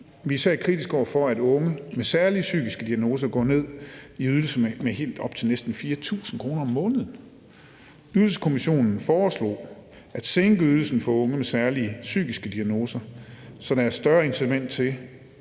Vi er især kritiske over for, at unge med særlige psykiske diagnoser går ned i ydelse med helt op til næsten 4.000 kr. om måneden. Ydelseskommissionen foreslog at sænke ydelsen for unge med særlige psykiske diagnoser, så der er større incitament til,